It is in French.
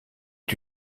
est